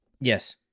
yes